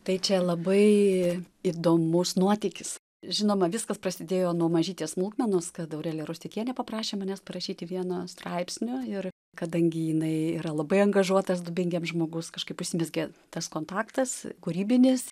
tai čia labai įdomus nuotykis žinoma viskas prasidėjo nuo mažytės smulkmenos kad aurelija rusteikienė paprašė manęs parašyti vieno straipsnio ir kadangi jinai yra labai angažuotas dubingiams žmogus kažkaip užsimezgė tas kontaktas kūrybinis